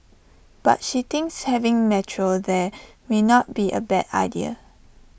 but she thinks having metro there may not be A bad idea